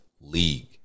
League